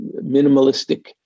minimalistic